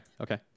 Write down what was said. okay